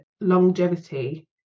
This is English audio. longevity